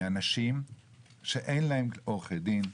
מאנשים שאין להם עורכי דין,